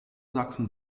sachsen